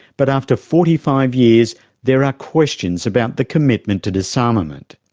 but after forty five years there are questions about the commitment to disarmament.